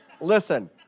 Listen